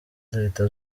leta